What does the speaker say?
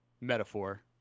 metaphor